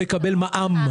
לא יקבל את המע"מ.